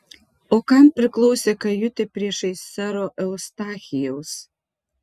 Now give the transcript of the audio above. o kam priklausė kajutė priešais sero eustachijaus